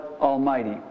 Almighty